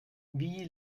wie